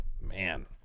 Man